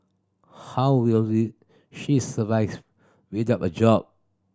how will she survive without a job